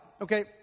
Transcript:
Okay